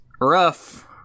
rough